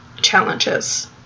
challenges